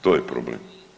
To je problem.